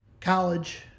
college